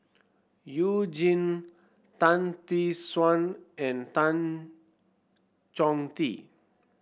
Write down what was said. You Jin Tan Tee Suan and Tan Chong Tee